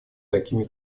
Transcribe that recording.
такими